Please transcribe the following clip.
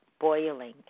boiling